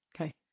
Okay